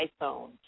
iPhone